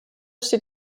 steht